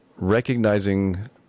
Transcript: recognizing